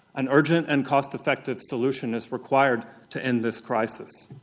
an urgent and cost effective solution is required to end this crisis.